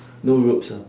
no ropes ah